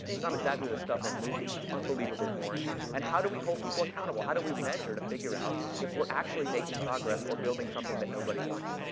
it's not exactly the stuff of movies. it's unbelievably boring. and how do we hold people accountable? how do we measure to figure out if we're actually making progress or building something that nobody wants?